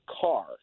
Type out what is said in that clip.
car